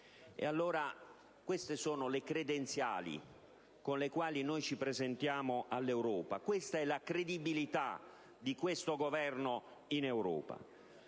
Queste sono le credenziali con le quali ci presentiamo all'Europa: ecco la credibilità di questo Governo in Europa.